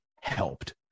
helped